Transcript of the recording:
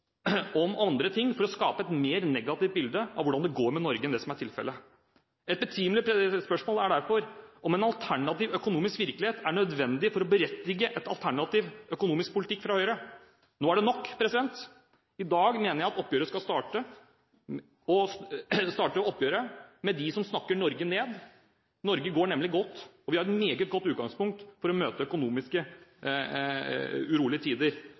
om andre ting for å skape et mer negativt bilde av hvordan det går med Norge enn det som er tilfellet. Et betimelig spørsmål er derfor om en alternativ økonomisk virkelighet er nødvendig for å berettige en alternativ økonomisk politikk fra Høyre? Nå er det nok. Jeg mener at i dag skal oppgjøret starte med dem som snakker Norge ned. Norge går nemlig godt, og vi har et meget godt utgangspunkt for å møte økonomisk urolige tider.